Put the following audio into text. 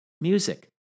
music